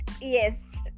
Yes